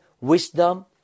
wisdom